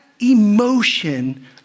emotion